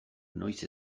noiz